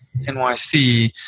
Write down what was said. NYC